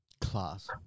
Class